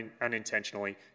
unintentionally